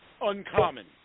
uncommon